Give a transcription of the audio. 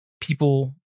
people